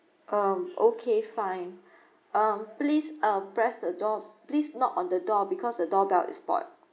um okay fine um please uh press the door please knock on the door because the door bell is spoilt